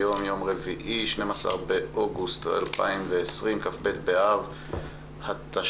היום יום רביעי, 12 באוגוסט 2020, כ"ב באב התש"פ.